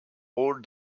rôles